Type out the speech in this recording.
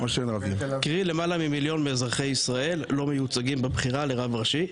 קרי למעלה ממיליון אזרחי ישראל לא מיוצגים בבחירה לרב ראשי,